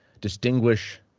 distinguish